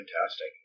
Fantastic